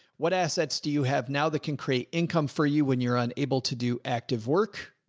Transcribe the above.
what assets do you have now that can create income for you? when you're unable to do active work,